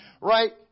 Right